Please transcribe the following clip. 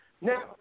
Now